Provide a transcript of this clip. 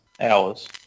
hours